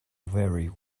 very